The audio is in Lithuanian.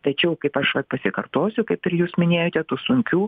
tačiau kaip aš vat pasikartosiu kaip ir jūs minėjote tų sunkių